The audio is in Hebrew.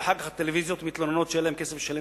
ואחר כך הטלוויזיות מתלוננות שאין להן כסף לשלם